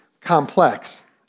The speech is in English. complex